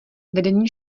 vedení